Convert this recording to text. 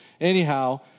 Anyhow